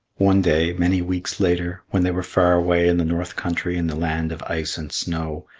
one day, many weeks later, when they were far away in the north country in the land of ice and snow,